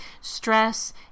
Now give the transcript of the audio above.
Stress